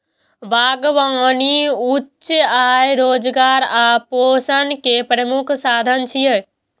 बागबानी उच्च आय, रोजगार आ पोषण के प्रमुख साधन छियै